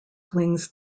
wings